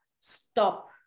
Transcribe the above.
stop